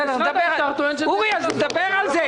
שר התחבורה והבטיחות בדרכים בצלאל סמוטריץ':